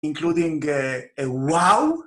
Including וואו